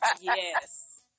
Yes